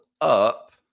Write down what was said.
up